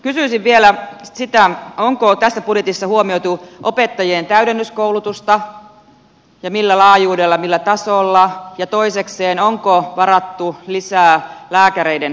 kysyisin vielä sitä onko tässä budjetissa huomioitu opettajien täydennyskoulutusta ja millä laajuudella millä tasolla ja toisekseen onko varattu lisää lääkäreiden koulutukseen